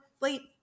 late